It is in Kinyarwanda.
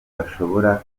bashobora